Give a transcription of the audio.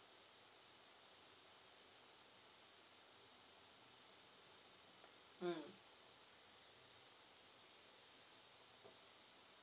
mm